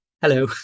Hello